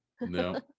no